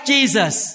Jesus